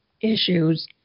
issues